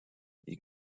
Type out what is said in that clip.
you